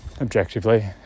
objectively